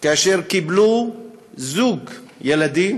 כאשר קיבלו זוג ילדים